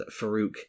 Farouk